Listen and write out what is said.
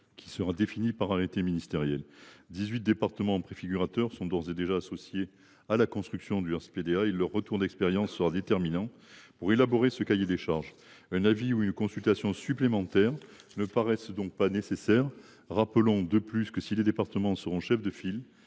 charges du SPDA. D’ores et déjà, 18 départements préfigurateurs sont associés à la construction du SPDA ; leur retour d’expérience sera déterminant pour élaborer ce cahier des charges. Un avis ou une consultation supplémentaire ne paraît donc pas nécessaire. Rappelons, de plus, que, si les départements sont chefs de file,